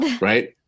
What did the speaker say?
right